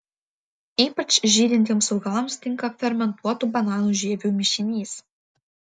ypač žydintiems augalams tinka fermentuotų bananų žievių mišinys